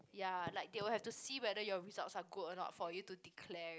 ya like they will have to see whether your results are good or not for you to declare it